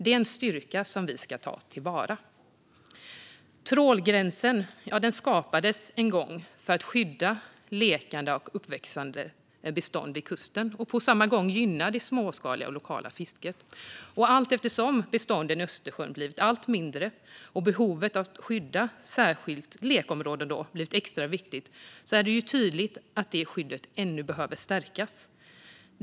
Det är en styrka som vi ska ta till vara. Trålgränsen skapades en gång för att skydda lekande och uppväxande bestånd vid kusten och på samma gång gynna det småskaliga, lokala fisket. Allteftersom bestånden i Östersjön har blivit allt mindre och behovet av att skydda särskilt lekområden har blivit extra viktigt är det tydligt att det skyddet ännu behöver stärkas.